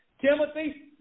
Timothy